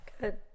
good